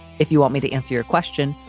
if you want me to answer your question.